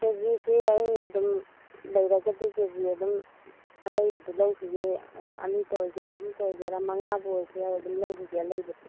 ꯀꯦ ꯖꯤꯁꯦ ꯑꯩ ꯑꯗꯨꯝ ꯂꯩꯔꯒꯗꯤ ꯑꯗꯨꯝ ꯀꯦ ꯖꯤ ꯑꯂꯩꯕꯗꯨ ꯂꯧꯈꯤꯒꯦ ꯑꯅꯤꯇ ꯑꯣꯏꯒꯦꯔꯥ ꯑꯍꯨꯝꯇ ꯑꯣꯏꯒꯦꯔꯥ ꯃꯉꯥꯕꯨ ꯑꯣꯏꯔꯁꯨ ꯌꯥꯏ ꯑꯗꯨꯝ ꯂꯧꯈꯤꯒꯦ ꯑꯂꯩꯕꯗꯨ